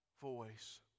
voice